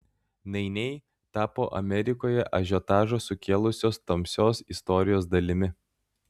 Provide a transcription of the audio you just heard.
nainiai tapo amerikoje ažiotažą sukėlusios tamsios istorijos dalimi